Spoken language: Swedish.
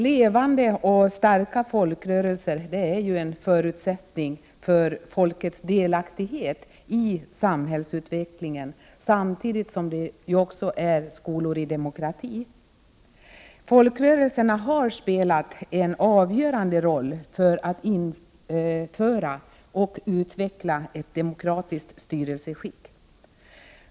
Levande och starka folkrörelser är en förutsättning för folkets delaktighet i samhällsutvecklingen, samtidigt som de är skolor i demokrati. Folkrörelserna har spelat en avgörande roll när det gällt att införa och utveckla ett demokratiskt styrelseskick.